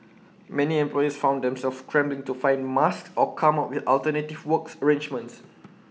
many employers found themselves scrambling to find masks or come up with alternative works arrangements